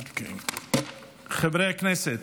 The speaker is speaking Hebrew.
חברי הכנסת,